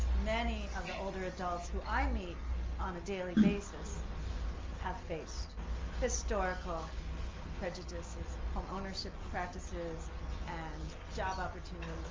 many of the older adults who i meet on a daily basis have faced historical prejudices, from ownership practices and job opportunities.